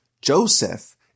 Joseph